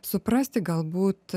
suprasti galbūt